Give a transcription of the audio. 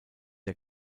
der